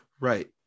Right